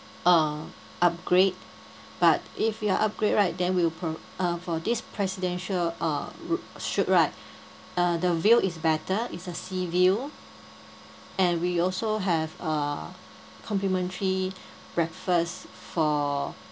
uh upgrade but if you are upgrade right then we'll pro~ uh for this presidential uh roo~ suite right uh the view is better is a sea view and we also have uh complimentary breakfast for